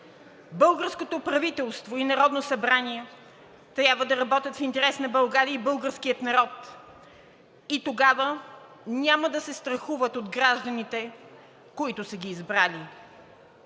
Българското правителство и Народно събрание трябва да работят в интерес на България и българския народ и тогава няма да се страхуват от гражданите, които са ги избрали.